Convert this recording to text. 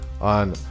on